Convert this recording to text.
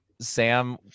Sam